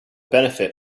benefit